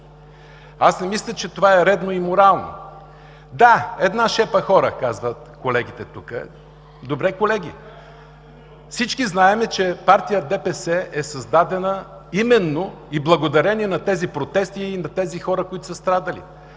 Не мисля, че това е редно и морално. Да, една шепа хора казват, колегите тук. Добре колеги, всички знаем, че партия ДПС е създадена именно и благодарение на тези протести и на тези хора, които са страдали.